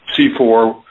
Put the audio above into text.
C4